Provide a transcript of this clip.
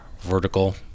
vertical